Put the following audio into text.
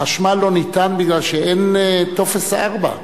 החשמל לא ניתן בגלל שאין טופס 4,